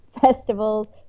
festivals